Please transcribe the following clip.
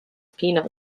peanut